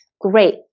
Great